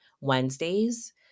Wednesdays